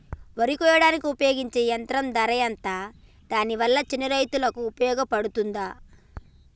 వరి కొయ్యడానికి ఉపయోగించే యంత్రం ధర ఎంత దాని వల్ల చిన్న రైతులకు ఉపయోగపడుతదా?